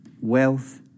wealth